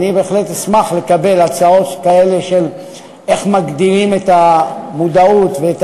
בהחלט אשמח לקבל הצעות בעניין של איך מגדילים את המודעות ואת